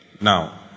Now